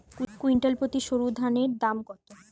Quintal প্রতি সরুধানের দাম কত?